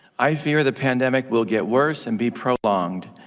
i fear the pandemic will get worse and be prolonged.